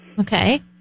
Okay